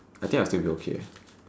I think I'll still be okay eh